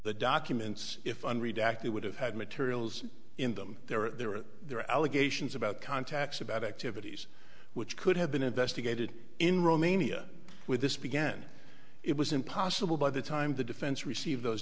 the documents if i'm read actually would have had materials in them there are there are there are allegations about contacts about activities which could have been investigated in romania with this began it was impossible by the time the defense received those